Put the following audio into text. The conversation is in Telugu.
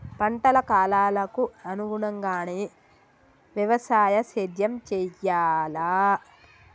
పంటల కాలాలకు అనుగుణంగానే వ్యవసాయ సేద్యం చెయ్యాలా?